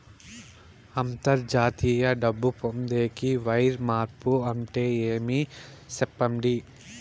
అంతర్జాతీయ డబ్బు పొందేకి, వైర్ మార్పు అంటే ఏమి? సెప్పండి?